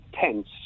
tense